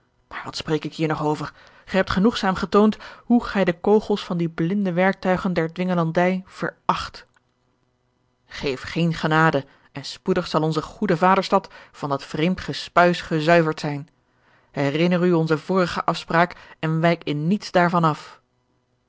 maar wat spreek ik hier nog over gij hebt genoegzaam getoond hoe gij de kogels van die blinde werktuigen der dwingelandij veracht geef geene genade en spoedig zal onze goede vaderstad van dat vreemd gespuis gezuiverd zijn herinner u onze vorige afspraak en wijk in niets daarvan af